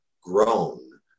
grown